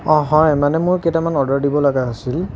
অঁ হয় মানে মোৰ কেইটামান অৰ্ডাৰ দিবলগা আছিল